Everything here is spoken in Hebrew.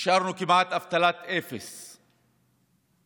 השארנו אבטלה של כמעט